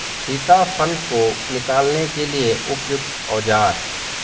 सीताफल को निकालने के लिए उपयुक्त औज़ार?